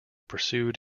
pursued